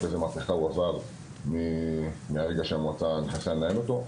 איזה מהפכה הוא עבר מהרגע שהמועצה נכנסה לנהל אותו.